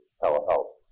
telehealth